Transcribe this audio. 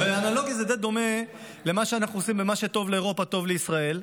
באנלוגיה זה די דומה למה שאנחנו עושים ב"מה שטוב לאירופה טוב לישראל",